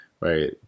right